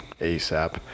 asap